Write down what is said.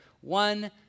One